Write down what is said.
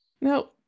No